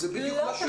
זה בדיוק מה שהוא אמר.